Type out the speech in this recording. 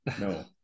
No